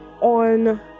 on